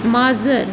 माजर